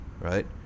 Right